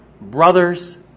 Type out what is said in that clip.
brothers